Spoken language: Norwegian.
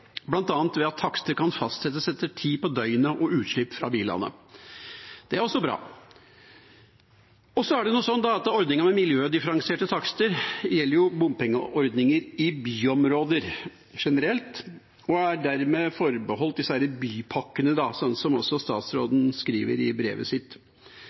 ved at takster kan fastsettes etter tid på døgnet og utslipp fra bilene. Det er også bra. Ordningen med miljødifferensierte takster gjelder bompengeordninger i byområder generelt og er dermed forbeholdt disse bypakkene, som også statsråden skriver i brevet sitt,